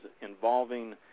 involving